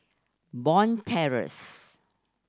Bond Terrace